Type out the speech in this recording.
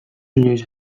inoiz